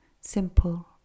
simple